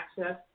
Access